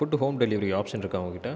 food home delivery option இருக்கா உங்கக்கிட்டே